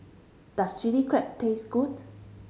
does Chili Crab taste good